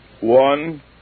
One